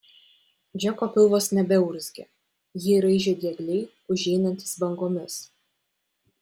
džeko pilvas nebeurzgė jį raižė diegliai užeinantys bangomis